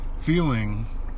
feeling